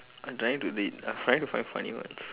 I'm trying to read I'm trying to find funny ones